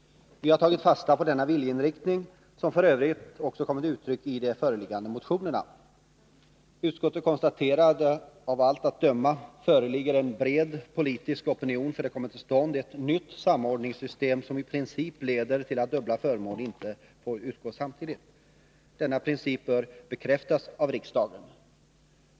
Vi har tagit fasta på denna viljeriktning som f. ö. också kommer till uttryck i de föreliggande motionerna. Utskottet konstaterar att det av allt att döma föreligger en bred politisk opinion för att det kommer till stånd ett nytt samordningssystem som i princip leder till att dubbla förmåner inte får utgå samtidigt. Denna princip bör bekräftas av riksdagen.